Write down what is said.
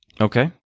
Okay